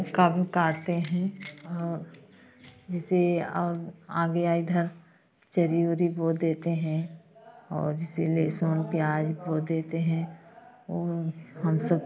काटेंगे है ह जिसे अब आ गया इधर चेरी वरी बो देते है और जैसे लहसुन प्याज बो देते है और हम सब